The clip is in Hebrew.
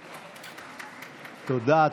תודה.